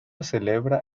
celebra